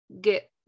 get